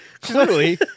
Clearly